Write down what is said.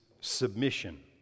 Submission